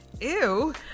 Ew